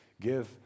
give